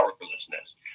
powerlessness